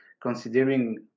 considering